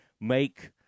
make